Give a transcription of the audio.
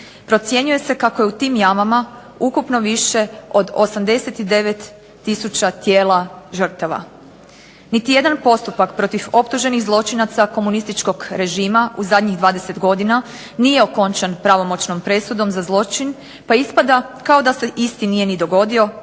Procjenjuje se kako je u tim jamama ukupno više od 89 tisuća tijela žrtava. Niti jedan postupak protiv optuženih zločinaca komunističkog režima u zadnjih 20 godina nije okončan pravomoćnom presudom za zločin, pa ispada kao da se isti nije ni dogodio,